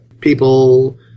people